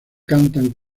cantan